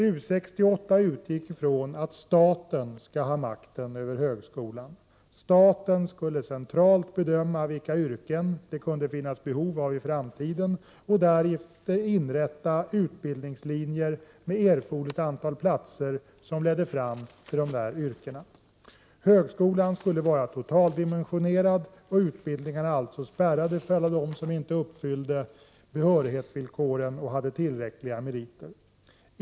U 68 utgick från att staten skall ha makten över högskolan. Staten skulle centralt bedöma vilka yrken det kunde befinnas behov av i framtiden och därefter inrätta utbildningslinjer med erforderligt antal platser som ledde fram till de yrkena. Högskolan skulle vara totaldimensionerad och utbildningarna alltså spärrade för alla dem som inte uppfyllde behörighetsvillkoren och inte hade tillräckliga meriter.